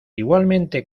igualmente